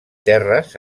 terres